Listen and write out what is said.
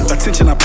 Attention